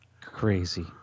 crazy